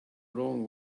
wrong